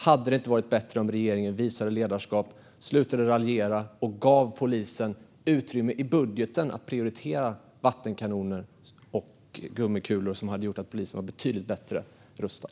Hade det inte varit bättre om regeringen visade ledarskap, slutade raljera och gav polisen utrymme i budgeten att prioritera vattenkanoner och gummikulor som skulle ha gjort att polisen var betydligt bättre rustad?